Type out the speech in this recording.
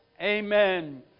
Amen